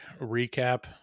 recap